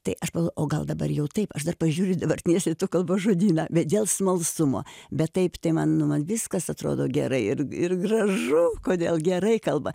tai aš o gal dabar jau taip aš dar pažiūriu dabartinės lietuvių kalbos žodyną bet dėl smalsumo bet taip tai manau man viskas atrodo gera ir ir gražu kodėl gerai kalba